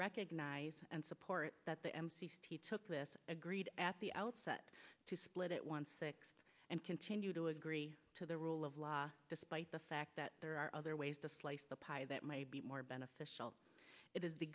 recognize and support that the m c c took this agreed at the outset to split it one sixth and continue to agree to the rule of law despite the fact that there are other ways to slice the pie that may be more beneficial it is the